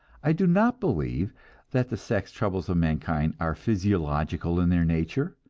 i do not believe that the sex troubles of mankind are physiological in their nature,